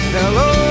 hello